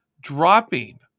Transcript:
Dropping